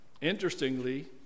Interestingly